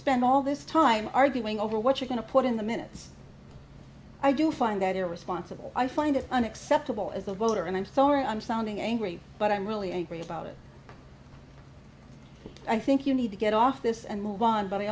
spend all this time arguing over what you're going to put in the minutes i do find that they're responsible i find it unacceptable as a voter and i'm sorry i'm sounding angry but i'm really angry about it i think you need to get off this and move on but i